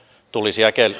tulisi